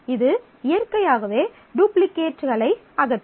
இது இயற்கையாகவே டூப்ளிகேட்ளை அகற்றும்